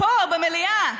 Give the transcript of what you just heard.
פה במליאה.